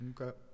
okay